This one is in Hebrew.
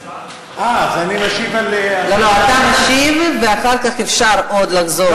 אתה משיב, ואחר כך אפשר עוד לחזור.